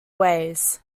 ways